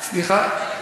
סליחה?